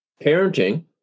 parenting